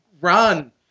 run